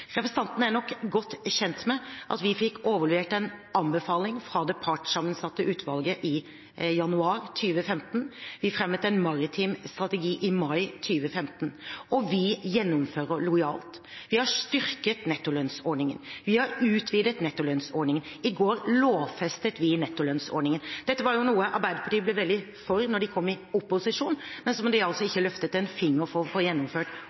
Representanten er nok godt kjent med at vi fikk overlevert en anbefaling fra det partssammensatte utvalget i januar 2015. Vi fremmet en maritim strategi i mai 2015. Og vi gjennomfører lojalt: Vi har styrket nettolønnsordningen, vi har utvidet nettolønnsordningen, i går lovfestet vi nettolønnsordningen. Dette var jo noe Arbeiderpartiet ble veldig for da de kom i opposisjon, men som de altså ikke løftet en finger for å få gjennomført